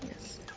Yes